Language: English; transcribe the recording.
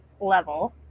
level